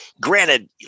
granted